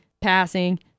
passing